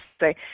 say